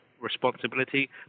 responsibility